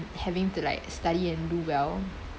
having to like study and do well